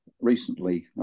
recently